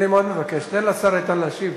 אני מאוד מבקש, תן לשר איתן להשיב.